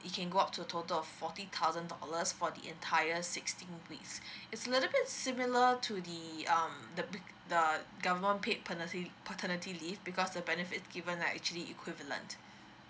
it can go out to total of forty thousand dollars for the entire sixteen weeks it's a little bit similar to the um the paid um government paid paterni~ paternity leave because the benefits given are actually equivalent